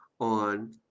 on